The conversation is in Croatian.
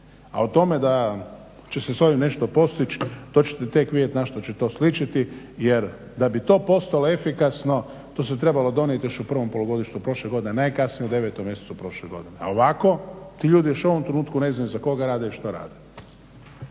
A o tome da će se s ovim nešto postići to ćete tek vidjeti na što će to sličiti jer da bi to postalo efikasno to se trebalo donijeti još u prvom polugodištu prošle godine, najkasnije u 9. mjesecu prošle godine. A ovako, ti ljudi još u ovom trenutku ne znaju za koga rade i što rade.